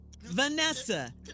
vanessa